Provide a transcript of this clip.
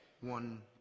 one